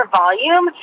volume